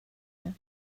det